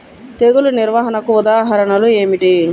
తెగులు నిర్వహణకు ఉదాహరణలు ఏమిటి?